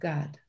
God